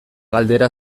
galdera